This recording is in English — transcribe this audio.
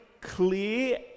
clear